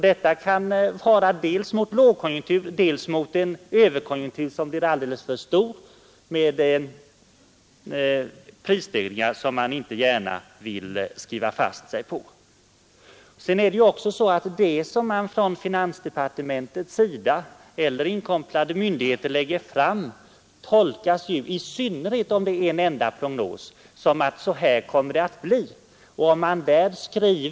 Detta kan som sagt gälla dels inför en lågkonjunktur, dels på motsvarande sätt inför en överkonjunktur som hotar med alldeles för stora prisstegringar vilka man naturligtvis inte heller gärna vill skriva sig fast på. Dessutom tolkas ofta det som läggs fram från finansdepartementet eller från inkopplade myndigheter — i synnerhet om det bara blir en enda prognos — som att det kommer att bli på det här sättet.